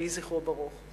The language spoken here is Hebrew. יהי זכרו ברוך.